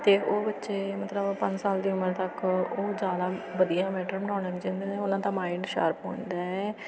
ਅਤੇ ਉਹ ਬੱਚੇ ਮਤਲਬ ਪੰਜ ਸਾਲ ਦੀ ਉਮਰ ਤੱਕ ਉਹ ਜ਼ਿਆਦਾ ਵਧੀਆ ਮੈਟਰ ਬਣਾਉਣ ਲੱਗ ਜਾਂਦੇ ਨੇ ਉਹਨਾਂ ਦਾ ਮਾਇੰਡ ਸ਼ਾਰਪ ਹੁੰਦਾ